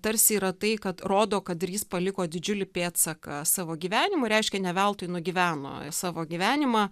tarsi yra tai kad rodo kad ir jis paliko didžiulį pėdsaką savo gyvenimu reiškia ne veltui nugyveno savo gyvenimą